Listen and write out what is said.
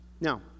Now